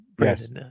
Yes